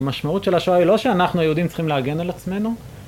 המשמעות של השואה היא לא שאנחנו היהודים צריכים להגן על עצמנו,